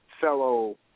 fellow